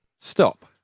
Stop